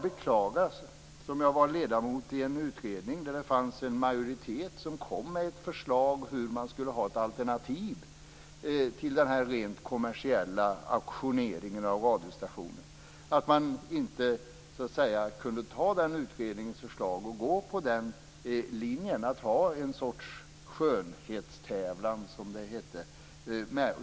Eftersom jag var ledamot i en utredning där en majoritet kom med ett förslag till ett alternativ till den rent kommersiella auktioneringen av radiostationer, kan jag beklaga att man inte kunde anta den utredningens förslag och gå på linjen att ha en sorts skönhetstävlan, som det hette.